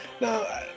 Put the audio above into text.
now